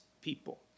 people